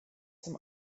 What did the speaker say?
zum